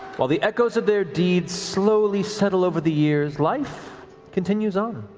while the echoes of their deeds slowly settle over the years, life continues on.